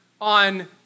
on